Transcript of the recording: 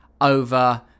over